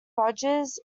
rodgers